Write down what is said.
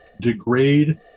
degrade